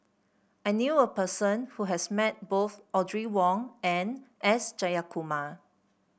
I knew a person who has met both Audrey Wong and S Jayakumar